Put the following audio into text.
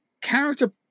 character